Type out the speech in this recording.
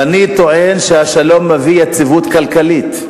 ואני טוען שהשלום מביא יציבות כלכלית,